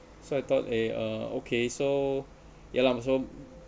so I thought eh uh okay so ya lah so